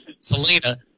Selena